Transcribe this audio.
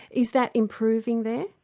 is that improving there?